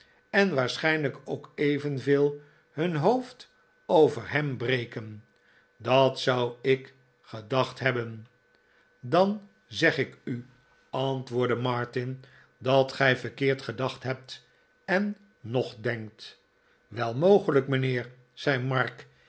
en waarschijnlijk ook evenveel hun hoofd over hem breken dat zou ik gedacht hebben dan zeg ik u antwoordde martin dat gij verkeerd gedacht hebt en nog denkt r wel mogelijk mijnheer zei mark